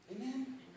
Amen